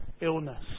illness